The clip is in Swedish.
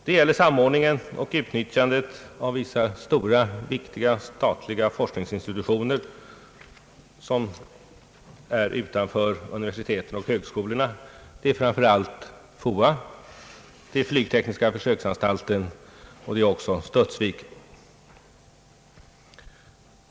Det gäller samordningen och utnyttjandet av vissa stora, viktiga statliga forskningsinstitutioner som ligger utanför universiteten och högskolorna. Det gäller framför allt FOA, flygtekniska försöksanstalten och Studsvik.